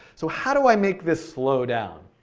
so how do i make this slow down.